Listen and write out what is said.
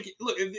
look